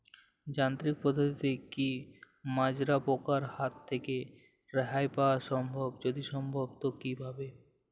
যান্ত্রিক পদ্ধতিতে কী মাজরা পোকার হাত থেকে রেহাই পাওয়া সম্ভব যদি সম্ভব তো কী ভাবে?